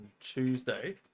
Tuesday